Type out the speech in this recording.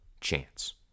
chance